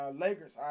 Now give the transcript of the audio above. Lakers